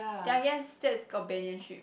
ya I guess that's companionship